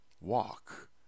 Walk